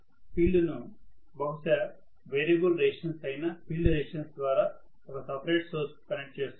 field ను బహుశా variable resistance అయిన ఫీల్డ్ రెసిస్టెన్స్ ద్వారా ఒక సపరేట్ సోర్సు కు కనెక్ట్ చేస్తాను